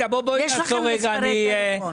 יש לכם מספרי טלפון.